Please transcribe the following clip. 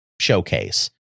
showcase